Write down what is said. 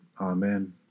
Amen